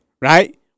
Right